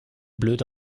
blöde